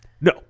No